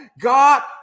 God